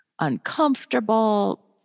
uncomfortable